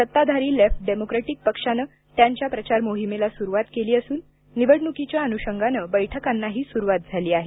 सत्ताधारी Left Democratic पक्षाने त्यांच्या प्रचार मोहिमेला सुरुवात केली असून निवडणुकीच्या अनुषगाने बैठकांनाही सुरुवात झाली आहे